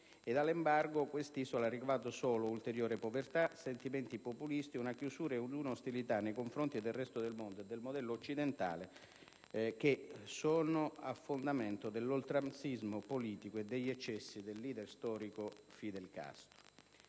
e dall'embargo quest'isola ha ricavato solo ulteriore povertà, sentimenti populisti, una chiusura ed un'ostilità nei confronti del resto del mondo e del modello occidentale che sono a fondamento dell'oltranzismo politico e degli eccessi del leader storico Fidel Castro.